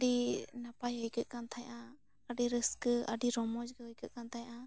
ᱟᱹᱰᱤ ᱱᱟᱯᱟᱭ ᱟᱹᱭᱠᱟᱹᱜ ᱠᱟᱱ ᱛᱟᱦᱮᱸᱜᱼᱟ ᱟᱹᱰᱤ ᱨᱟᱹᱥᱠᱟᱹ ᱟᱹᱰᱤ ᱨᱚᱢᱚᱡᱽ ᱜᱮ ᱟᱹᱭᱠᱟᱹᱜ ᱠᱟᱱ ᱛᱟᱦᱮᱸᱜᱼᱟ